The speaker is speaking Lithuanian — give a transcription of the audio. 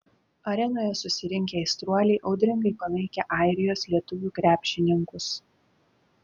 arenoje susirinkę aistruoliai audringai palaikė airijos lietuvių krepšininkus